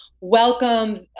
welcome